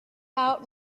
out